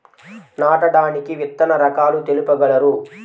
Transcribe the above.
నాటడానికి విత్తన రకాలు తెలుపగలరు?